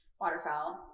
waterfowl